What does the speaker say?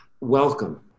Welcome